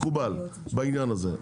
מקובל בעניין הזה,